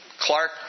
Clark